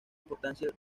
importancia